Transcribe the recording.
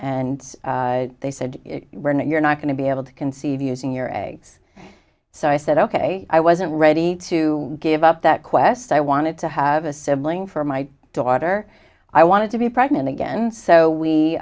and they said we're not you're not going to be able to conceive using your eggs so i said ok i wasn't ready to give up that quest i wanted to have a sibling for my daughter i wanted to be pregnant again so we